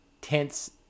tense